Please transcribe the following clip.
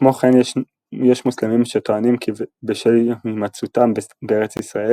כמו כן יש מוסלמים שטוענים כי בשל הימצאותם בארץ ישראל